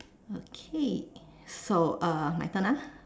okay so uh my turn ah